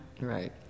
Right